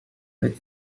with